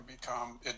become